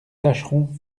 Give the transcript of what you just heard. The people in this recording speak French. tâcherons